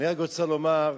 אני רק רוצה לומר,